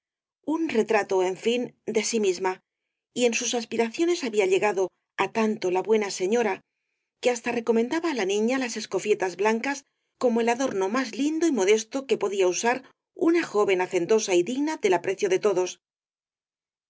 un retrato en fin de sí misma y en sus aspiraciones había llegado á tanto la buena señora que hasta recomendaba á la niña las escofietas blancas como el adorno más lindo y modesto que podía usar una joven hacendosa y digna del aprecio de todos